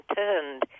turned